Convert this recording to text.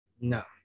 No